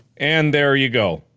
and there you go.